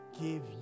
give